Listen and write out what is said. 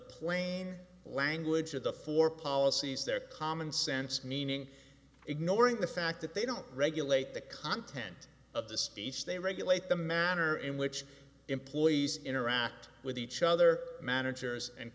plain language of the four policies their common sense meaning ignoring the fact that they don't regulate the content of the speech they regulate the manner in which employees interact with each other managers and